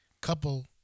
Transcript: couple